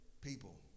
people